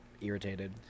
irritated